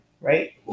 Right